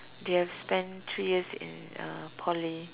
they have spent three years in uh Poly